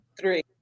Three